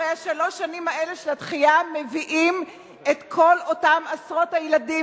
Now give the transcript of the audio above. הרי שלוש השנים האלה של הדחייה מביאות את כל אותם עשרות הילדים